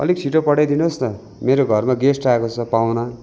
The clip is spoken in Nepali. अलिक छिटो पठाइदिनुहोस् न मेरो घरमा गेस्ट आएको छ पाहुना